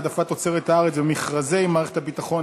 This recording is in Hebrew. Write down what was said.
העדפת תוצרת הארץ במכרזי מערכת הביטחון,